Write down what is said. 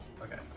Okay